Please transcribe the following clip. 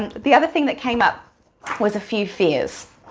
and the other thing that came up was a few fears.